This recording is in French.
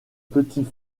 petits